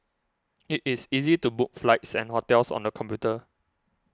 it is easy to book flights and hotels on the computer